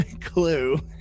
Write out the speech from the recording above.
clue